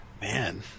Man